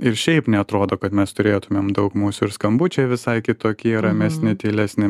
ir šiaip neatrodo kad mes turėtumėm daug mūsų ir skambučiai visai kitokie ramesni tylesni